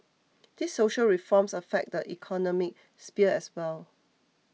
these social reforms affect the economy sphere as well